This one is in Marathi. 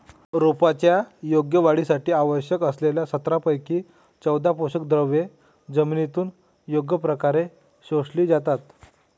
रोपांच्या योग्य वाढीसाठी आवश्यक असलेल्या सतरापैकी चौदा पोषकद्रव्ये जमिनीतून योग्य प्रकारे शोषली जातात